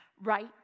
right